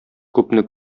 күпне